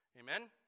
Amen